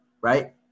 right